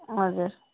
हजुर